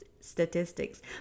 statistics